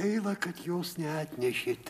gaila kod jos neatnešėt